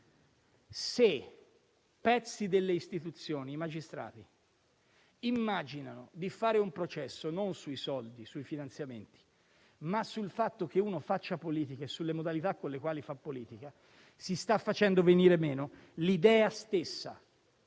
Se pezzi delle istituzioni, i magistrati, immaginano di fare un processo non sui soldi e sui finanziamenti, ma sul fatto che uno faccia politica e sulle modalità con le quali fa politica, si sta facendo venire meno l'idea stessa